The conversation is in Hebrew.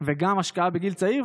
וגם השקעה בגיל צעיר.